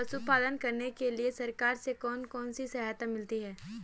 पशु पालन करने के लिए सरकार से कौन कौन सी सहायता मिलती है